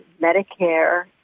Medicare